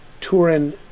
Turin